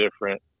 different